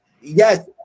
Yes